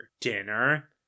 dinner